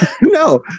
no